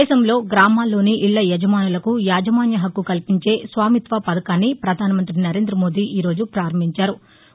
దేశంలో గ్రామాల్లోని ఇళ్ల యజమానులకు యాజమాన్య హక్కు కల్పించే స్వామిత్వ పథకాన్ని ప్రధానమంత్రి నరేంద్రమోదీ ఈరోజు ప్రారంబించారు